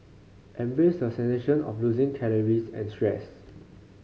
embrace the sensation of losing calories and stress